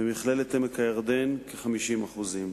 במכללת עמק-הירדן, כ-50%;